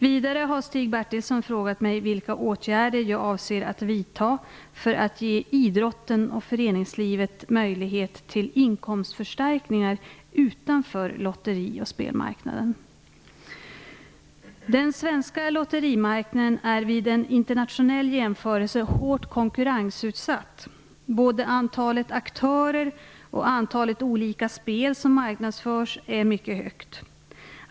Vidare har Stig Bertilsson frågat mig vilka åtgärder jag avser att vidta för att ge idrotten och föreningslivet möjlighet till inkomstförstärkningar utanför lotteri och spelmarknaden. Den svenska lotterimarknaden är vid en internationell jämförelse hårt konkurrensutsatt. Både antalet aktörer och antalet olika spel som marknadsförs är mycket högt.